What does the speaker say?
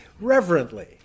reverently